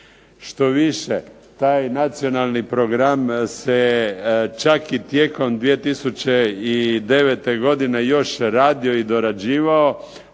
Štoviše, taj Nacionalni program se čak i tijekom 2009. godine još radio i dorađivao.